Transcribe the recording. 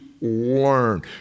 learn